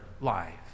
life